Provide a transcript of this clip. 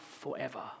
forever